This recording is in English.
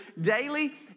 daily